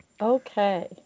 okay